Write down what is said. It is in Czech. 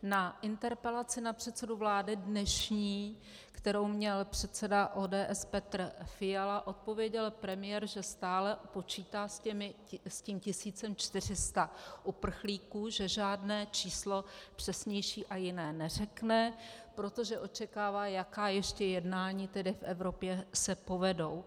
Na interpelaci na předsedu vlády, dnešní, kterou měl předseda ODS Petr Fiala, odpověděl premiér, že stále počítá s tím 1 400 uprchlíků, že žádné číslo přesnější a jiné neřekne, protože očekává, jaká ještě jednání tedy v Evropě se povedou.